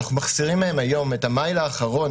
אנחנו מחסירים מהם היום את המייל האחרון